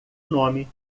nome